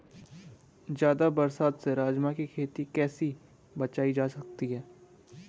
ज़्यादा बरसात से राजमा की खेती कैसी बचायी जा सकती है?